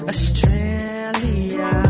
Australia